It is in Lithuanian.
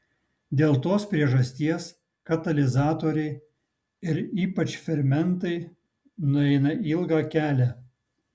dėl tos priežasties katalizatoriai ir ypač fermentai nueina ilgą kelią